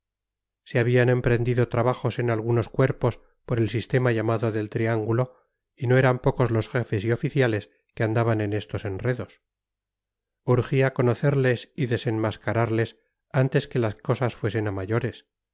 se habían emprendido trabajos en algunos cuerpos por el sistema llamado del triángulo y no eran pocos los jefes y oficiales que andaban en estos enredos urgía conocerles y desenmascararles antes que las cosas fuesen a mayores